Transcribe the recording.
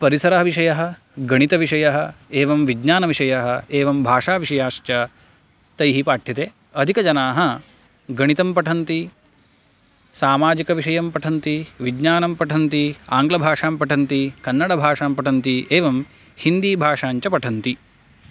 परिसरः विषयः गणितविषयः एवं विज्ञानविषयः एवं भाषाविषयाश्च तैः पाठ्यते अधिकजनाः गणितं पठन्ति सामाजिकविषयं पठन्ति विज्ञानं पठन्ति आङ्ग्लभाषां पठन्ति कन्नडभाषां पठन्ति एवं हिन्दीभाषाञ्च पठन्ति